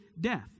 Death